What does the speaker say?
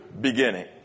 beginning